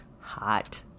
Hot